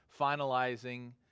finalizing